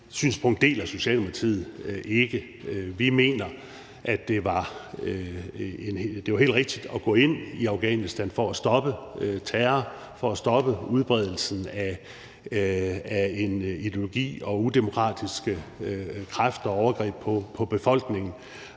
synspunkt deler Socialdemokratiet ikke. Vi mener, at det var helt rigtigt at gå ind i Afghanistan for at stoppe terror og for at stoppe udbredelsen af en ideologi og nogle udemokratiske kræfter og overgreb på befolkningen,